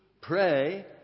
pray